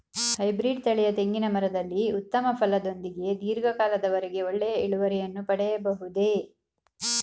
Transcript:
Hybrid ತಳಿಯ ತೆಂಗಿನ ಮರದಲ್ಲಿ ಉತ್ತಮ ಫಲದೊಂದಿಗೆ ಧೀರ್ಘ ಕಾಲದ ವರೆಗೆ ಒಳ್ಳೆಯ ಇಳುವರಿಯನ್ನು ಪಡೆಯಬಹುದೇ?